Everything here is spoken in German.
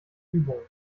übungen